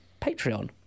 patreon